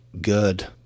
good